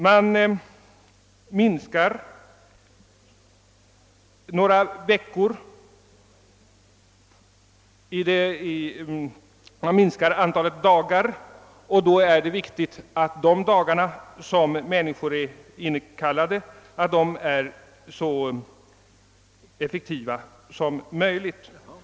Man minskar tiden för övningarna, och då är det viktigt att de dagar som människor är inkallade utnyttjas så effektivt som möjligt.